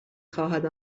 خواهد